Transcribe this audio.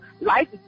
life